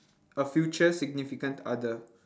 a future significant other